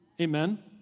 Amen